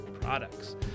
products